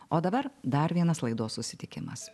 o dabar dar vienas laidos susitikimas